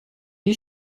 you